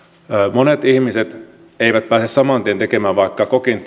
monet ihmiset eivät pääse saman tien tekemään vaikka kokin